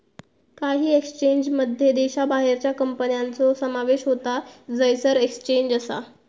काही एक्सचेंजमध्ये देशाबाहेरच्या कंपन्यांचो समावेश होता जयसर एक्सचेंज असा